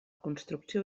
construcció